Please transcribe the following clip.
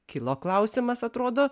kilo klausimas atrodo